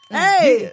hey